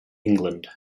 england